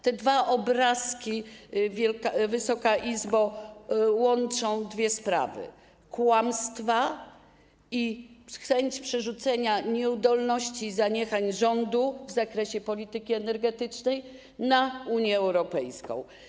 Te dwa obrazki, Wysoka Izbo, łączą dwie sprawy: kłamstwa i chęć przerzucenia nieudolności, zaniechań rządu w zakresie polityki energetycznej na Unię Europejską.